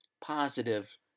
Positive